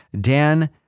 Dan